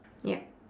ya